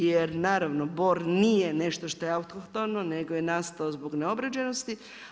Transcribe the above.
Jer naravno bor nije nešto što je autohtono nego je nastao zbog neobrađenosti.